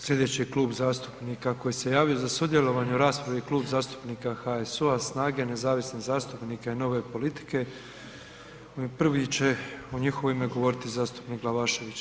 Slijedeći klub zastupnika koji se javio za sudjelovanje u raspravi je Klub zastupnika HSU-a, SNAGE, nezavisnih zastupnika i Nove politike i prvi će u njihovo ime govoriti zastupnik Glavašević.